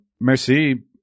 Merci